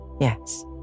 Yes